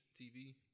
TV